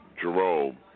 Jerome